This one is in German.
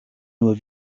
nur